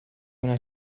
una